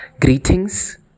Greetings